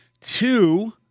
two